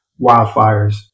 wildfires